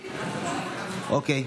אוקיי.